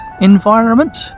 environment